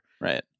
right